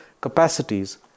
capacities